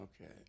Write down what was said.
Okay